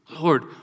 Lord